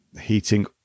heating